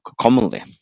commonly